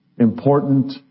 important